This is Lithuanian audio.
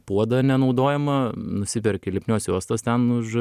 puodą nenaudojamą nusiperki lipnios juostos ten už